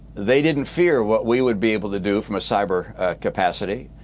they didn't fear what we would be able to do from a cyber capacity.